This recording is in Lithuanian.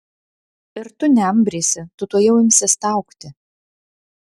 ir tu neambrysi tu tuojau imsi staugti